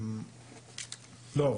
לא,